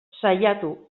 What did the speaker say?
saiatu